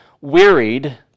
wearied